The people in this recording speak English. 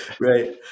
right